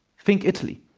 think italy.